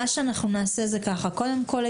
קודם כול,